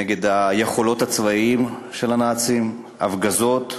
נגד היכולת הצבאית של הנאצים, הפגזות אין-סופיות,